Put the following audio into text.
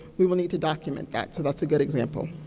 we will need to document that, so that's a good example.